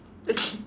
okay